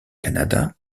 canada